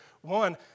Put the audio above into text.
One